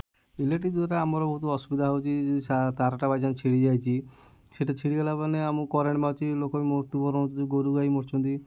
electric ଦ୍ୱାରା ଆମର ବହୁତ ଅସୁବିଧା ହେଉଛି ତାରଟା ବାଇଚାନ୍ସ ଛିଡ଼ି ଯାଇଛି ସେଟା ଛିଡ଼ିଗଲା ମାନେ ଆମୁକୁ କରେଣ୍ଟ୍ ମାରୁଛି ଲୋକ ବି ମୃତ୍ୟୁବରଣ ଗୋରୁ ଗାଈ ମରୁଛନ୍ତି